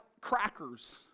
crackers